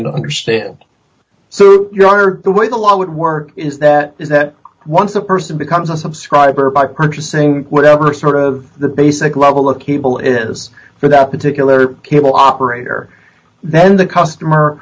to understand your the way the law would work is that is that once a person becomes a subscriber by purchasing whatever sort of the basic level of cable is for that particular cable operator then the customer